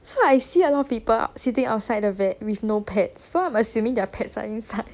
so I see a lot of people sitting outside the vet with no pets so I'm assuming their pets are inside